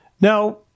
Now